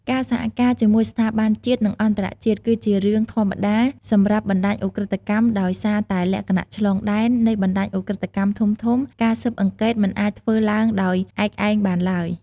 ការសហការជាមួយស្ថាប័នជាតិ និងអន្តរជាតិ គឺជារឿងធម្មតាសម្រាប់បណ្តាញឧក្រិដ្ឋកម្មដោយសារតែលក្ខណៈ ឆ្លងដែន នៃបណ្តាញឧក្រិដ្ឋកម្មធំៗ ការស៊ើបអង្កេតមិនអាចធ្វើឡើងដោយឯកឯងបានឡើយ។